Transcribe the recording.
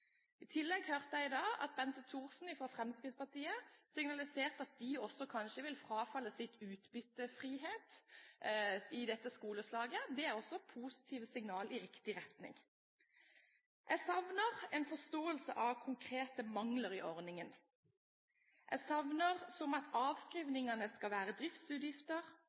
I tillegg hørte jeg i dag at Bente Thorsen fra Fremskrittspartiet signaliserte at de kanskje vil frafalle utbyttefrihet i dette skoleslaget. Dette er positive signaler i riktig retning. Jeg savner en forståelse av konkrete mangler i ordningen. Jeg savner at avskrivninger skal være driftsutgifter.